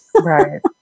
Right